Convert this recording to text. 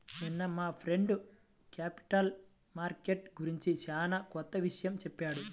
నిన్న మా friend capital market గురించి చానా కొత్త విషయాలు చెప్పాడు